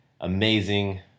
amazing